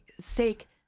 sake